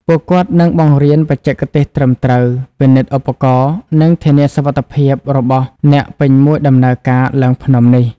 ពួកគាត់នឹងបង្រៀនបច្ចេកទេសត្រឹមត្រូវ ពិនិត្យឧបករណ៍ និងធានាសុវត្ថិភាពរបស់អ្នកពេញមួយដំណើរការឡើងភ្នំនេះ។